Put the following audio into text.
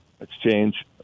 exchange